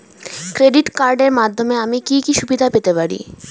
Credit কার্ডের মাধ্যমে আমি কি কি সুবিধা পেতে পারি?